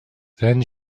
then